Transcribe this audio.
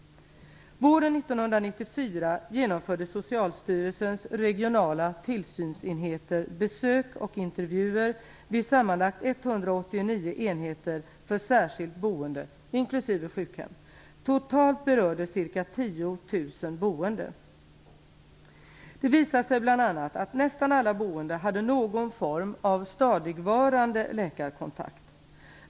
Våren 1994 genomförde Socialstyrelsens regionala tillsynsenheter besök och intervjuer vid sammanlagt Det visade sig bl.a. att nästan alla boende hade någon form av stadigvarande läkarkontakt.